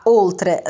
oltre